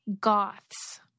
goths